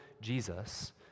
Jesus